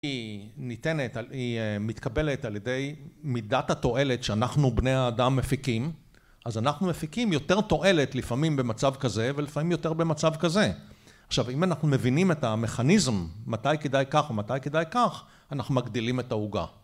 היא ניתנת... היא מתקבלת על ידי מידת התועלת שאנחנו בני האדם מפיקים, אז אנחנו מפיקים יותר תועלת לפעמים במצב כזה, ולפעמים יותר במצב כזה. עכשיו, אם אנחנו מבינים את המכניזם, מתי כדאי כך ומתי כדאי כך, אנחנו מגדילים את העוגה